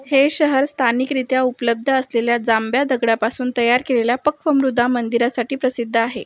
हे शहर स्थानिकरीत्या उपलब्ध असलेल्या जांभ्या दगडापासून तयार केलेल्या पक्वमृदा मंदिरासाठी प्रसिद्ध आहे